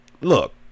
look